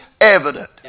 evident